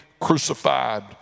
crucified